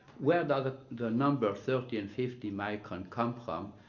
where does it the number thirty and fifty micron come from?